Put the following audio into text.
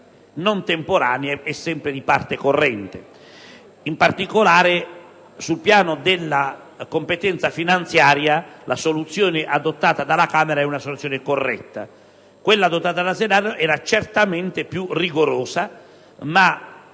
non temporanea e sempre di parte corrente. In particolare, sul piano della competenza finanziaria la soluzione adottata dalla Camera è corretta. Quella adottata dal Senato era certamente più rigorosa, ma